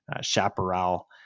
Chaparral